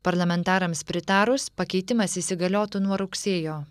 parlamentarams pritarus pakeitimas įsigaliotų nuo rugsėjo